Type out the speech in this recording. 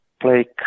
play